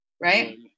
right